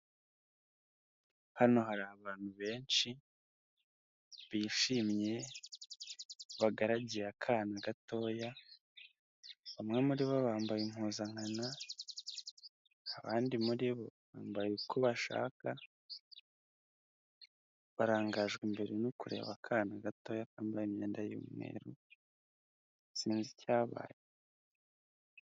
Hano hari abantu benshi, bishimye bagaragiye akana gatoya, bamwe muri bo bambaye impuzankana, abandi muri bo bambaye uko bashaka, barangajwe imbere no kureba akana gatoya kambaye imyenda y'umweru, sinzi icyabaye.